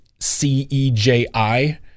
CEJI